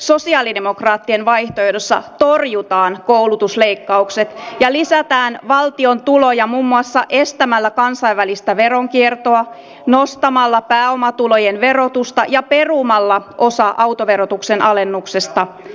sosialidemokraattien vaihtoehdossa torjutaan koulutusleikkaukset ja lisätään valtion tuloja muun muassa estämällä kansainvälistä veronkiertoa nostamalla pääomatulojen verotusta ja perumalla osa autoverotuksen alennuksesta